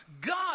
God